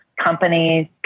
companies